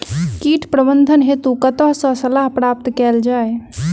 कीट प्रबंधन हेतु कतह सऽ सलाह प्राप्त कैल जाय?